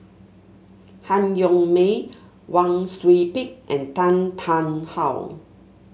Han Yong May Wang Sui Pick and Tan Tarn How